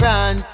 Run